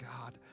God